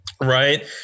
right